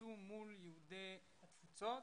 שנעשו מול יהודי התפוצות?